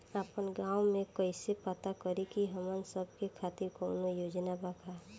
आपन गाँव म कइसे पता करि की हमन सब के खातिर कौनो योजना बा का?